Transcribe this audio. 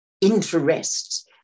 interests